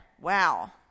Wow